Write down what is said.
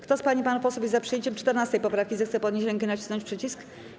Kto z pań i panów posłów jest za przyjęciem 14. poprawki, zechce podnieść rękę i nacisnąć przycisk.